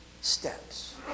steps